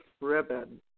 Ribbon